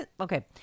Okay